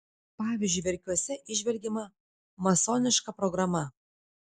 pavyzdžiui verkiuose įžvelgiama masoniška programa